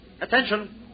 Attention